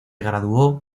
graduó